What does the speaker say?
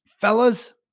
fellas